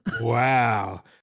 wow